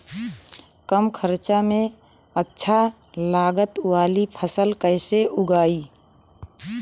कम खर्चा में अच्छा लागत वाली फसल कैसे उगाई?